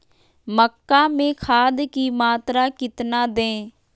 मक्का में खाद की मात्रा कितना दे?